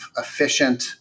efficient